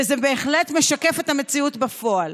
וזה בהחלט משקף את המציאות בפועל.